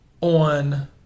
on